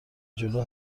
جلو